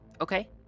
Okay